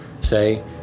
say